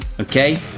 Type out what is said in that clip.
Okay